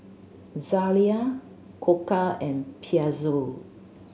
Zalia Koka and Pezzo